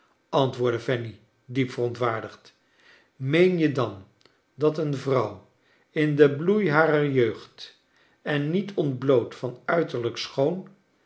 antwoordde fanny diep verontwaardigd meen je dan dat een vrouw in de bloei harer jeugd en niet ontbloot van uiterlijk schoon